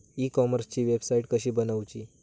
E कॉमर्सची website कशी बनवची?